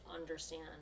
understand